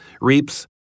reaps